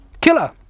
Killer